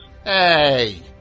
hey